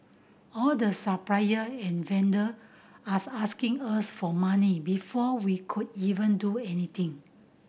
all the supplier and vendor as asking us for money before we could even do anything